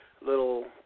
little